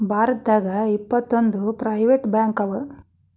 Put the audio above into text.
ಭಾರತದಾಗ ಇಪ್ಪತ್ತೊಂದು ಪ್ರೈವೆಟ್ ಬ್ಯಾಂಕವ